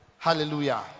Hallelujah